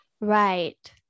Right